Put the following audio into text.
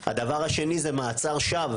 הדבר השני זה מעצר שווא